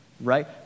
right